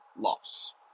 loss